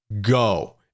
go